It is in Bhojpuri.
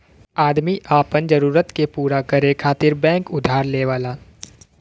आदमी आपन जरूरत के पूरा करे खातिर बैंक उधार लेवला